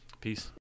Peace